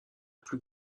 plus